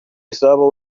izabo